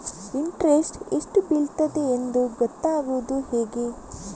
Interest ಎಷ್ಟು ಬೀಳ್ತದೆಯೆಂದು ಗೊತ್ತಾಗೂದು ಹೇಗೆ?